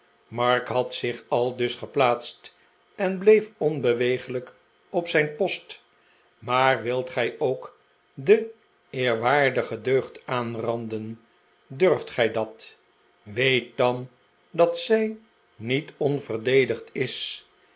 mark had zich aldus geplaatst en bleef onbeweeglijk op zijn post maar wilt gij ook de eerwaardige deugd aanranden durft gij dat weet dan dat zij niet onverdedigd is